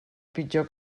pitjor